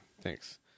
Thanks